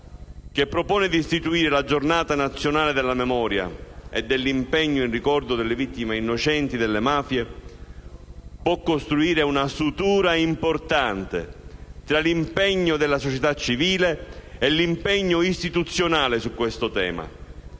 che propone di istituire la Giornata nazionale della memoria e dell'impegno in ricordo delle vittime innocenti delle mafie, può costruire una sutura importante tra l'impegno della società civile e l'impegno istituzionale su questo tema.